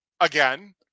again